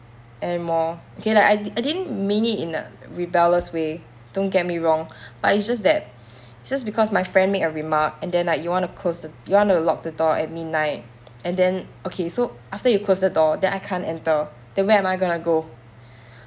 any more okay lah I di~ I didn't mean it in a rebellious way don't get me wrong but it's just that just because my friend make a remark and then like you want to close th~ you want to lock the door at midnight and then okay so after you close the door then I can't enter then where am I going to go